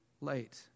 late